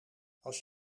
als